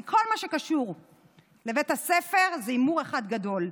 כי כל מה שקשור לבית הספר זה הימור אחד גדול.